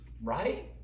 right